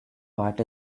part